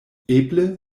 eble